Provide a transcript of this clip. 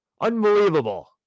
Unbelievable